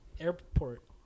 airport